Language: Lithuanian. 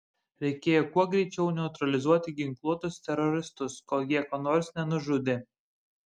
reikėjo kuo greičiau neutralizuoti ginkluotus teroristus kol jie ko nors nenužudė